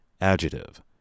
Adjective